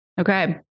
Okay